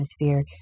atmosphere